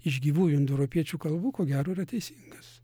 iš gyvųjų indoeuropiečių kalbų ko gero yra teisingas